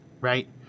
right